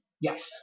Yes